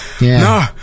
No